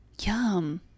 Yum